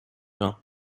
vin